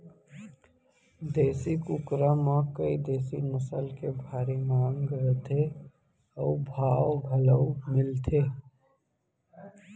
देसी कुकरा म कइ देसी नसल के भारी मांग रथे अउ भाव घलौ मिलथे